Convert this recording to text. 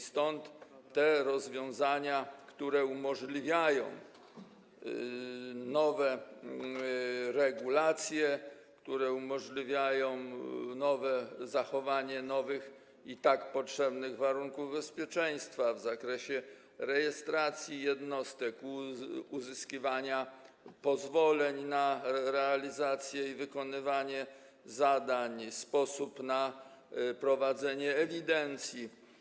Stąd te rozwiązania, które umożliwiają nowe regulacje, które umożliwiają zachowanie nowych i tak potrzebnych warunków bezpieczeństwa w zakresie rejestracji jednostek, uzyskiwanie pozwoleń na realizację i wykonywanie zadań, sposób na prowadzenie ewidencji.